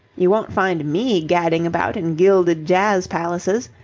you won't find me gadding about in gilded jazz-palaces!